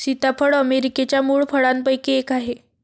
सीताफळ अमेरिकेच्या मूळ फळांपैकी एक आहे